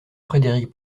frédéric